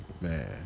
Man